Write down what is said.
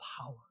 power